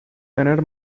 tener